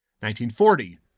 1940